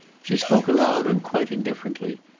she spoke aloud and quite indifferently.